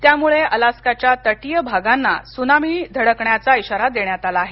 त्यामुळे अलास्काच्या तटीय भागांना त्सुनामी धडकण्याचा इशारा देण्यात आला आहे